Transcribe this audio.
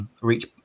reach